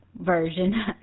version